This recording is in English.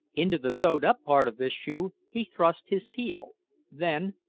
into the sewed-up part of this shoe he thrust his heel then,